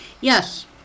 Yes